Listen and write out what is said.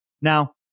Now